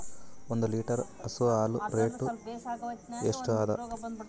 ಒಂದ್ ಲೀಟರ್ ಹಸು ಹಾಲ್ ರೇಟ್ ಎಷ್ಟ ಅದ?